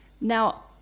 Now